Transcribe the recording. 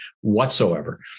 whatsoever